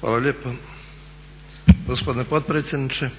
Hvala lijepa gospodine potpredsjedniče.